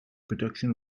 production